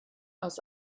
aus